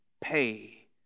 Pay